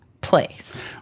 place